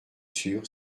sûr